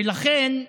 ולכן,